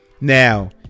Now